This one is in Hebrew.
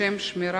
הרווחה